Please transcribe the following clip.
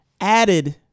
added